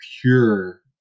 pure